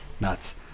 Nuts